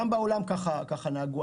גם בעולם כך נהגו.